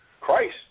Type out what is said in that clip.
Christ